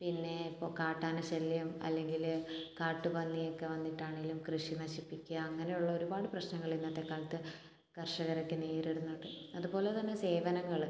പിന്നെ ഇപ്പോൾ കാട്ടാന ശല്യം അല്ലെങ്കിൽ കാട്ട് പന്നിയൊക്കെ വന്നിട്ടാണേലും കൃഷി നശിപ്പിക്കുക അങ്ങനുള്ളൊരുപാട് പ്രശ്നങ്ങൾ ഇന്നത്തെ കാലത്ത് കർഷകരൊക്കെ നേരിടുന്നുണ്ട് അതുപോലെ തന്നെ സേവനങ്ങൾ